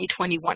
2021